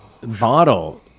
bottle